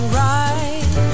right